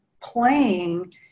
playing